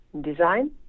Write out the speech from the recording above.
design